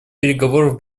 переговоров